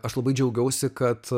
aš labai džiaugiausi kad